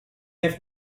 have